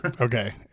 Okay